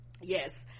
yes